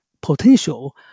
potential